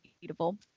beautiful